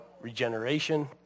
regeneration